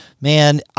Man